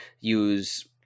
use